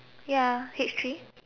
ya H three